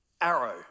arrow